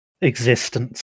existence